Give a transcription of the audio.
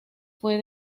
fue